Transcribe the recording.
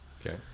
Okay